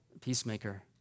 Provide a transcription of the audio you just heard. peacemaker